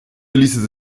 ließe